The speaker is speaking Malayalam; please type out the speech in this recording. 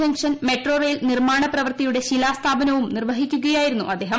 ജംഗ്ഷൻ മെട്രോ റെയിൽ നിർമ്മാണ പ്രവൃത്തിയുടെ ശിലാസ്ഥാപനവും നിർവ്വഹിക്കുകയായിരുന്നു അദ്ദേഹം